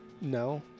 No